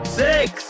six